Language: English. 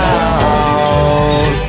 out